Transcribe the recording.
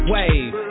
Wave